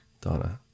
Donna